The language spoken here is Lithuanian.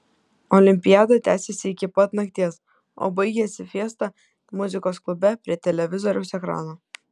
olimpiada tęsėsi iki pat nakties o baigėsi fiesta muzikos klube prie televizoriaus ekrano